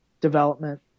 development